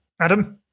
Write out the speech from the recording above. Adam